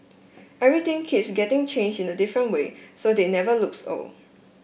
everything keeps getting changed in a different way so they never looks old